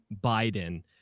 Biden